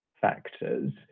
factors